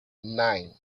nine